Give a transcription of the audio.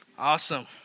Awesome